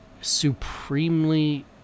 supremely